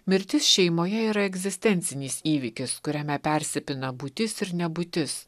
mirtis šeimoje yra egzistencinis įvykis kuriame persipina būtis ir nebūtis